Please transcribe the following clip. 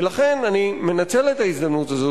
ולכן אני מנצל את ההזדמנות הזאת,